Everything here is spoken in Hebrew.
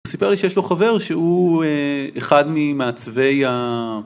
הוא סיפר לי שיש לו חבר שהוא אחד ממעצבי ה...